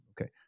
Okay